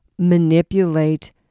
manipulate